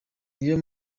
niyo